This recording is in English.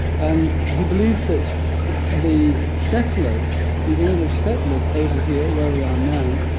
and he believed that the settlers the english settlers over here, where we are now,